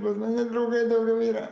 pas mane draugai daugiau yra